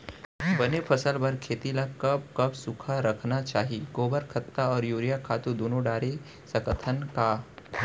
बने फसल बर खेती ल कब कब सूखा रखना चाही, गोबर खत्ता और यूरिया खातू दूनो डारे सकथन का?